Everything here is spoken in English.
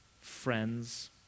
friends